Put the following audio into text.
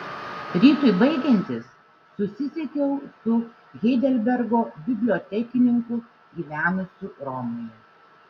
rytui baigiantis susisiekiau su heidelbergo bibliotekininku gyvenusiu romoje